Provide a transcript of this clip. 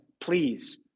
Please